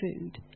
food